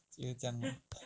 就是这样 lor